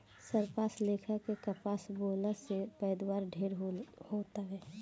सरपास लेखा के कपास बोअला से पैदावार ढेरे हो तावे